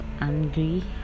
angry